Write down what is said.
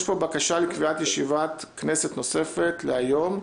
יש פה בקשה לקביעת ישיבת כנסת נוספת להיום.